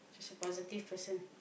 is a positive person